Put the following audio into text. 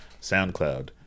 SoundCloud